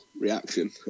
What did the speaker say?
reaction